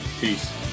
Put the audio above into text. Peace